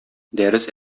дәрес